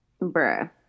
Bruh